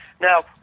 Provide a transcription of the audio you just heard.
now